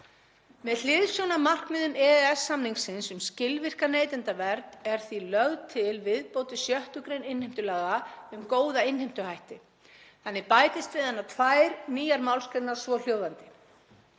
Með hliðsjón af markmiðum EES-samningsins um skilvirka neytendavernd er því lögð til viðbót við 6. gr. innheimtulaga um góða innheimtuhætti. Þannig bætist við hana tvær nýjar málsgreinar, svohljóðandi: